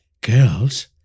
girls